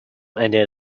ended